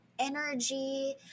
energy